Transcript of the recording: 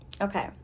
Okay